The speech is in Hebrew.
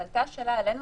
אבל הייתה שאלה אלינו,